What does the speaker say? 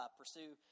pursue